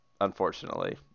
unfortunately